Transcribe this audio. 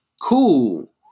cool